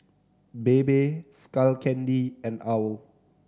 Bebe Skull Candy and owl